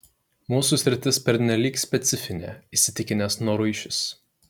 mūsų sritis pernelyg specifinė įsitikinęs noruišis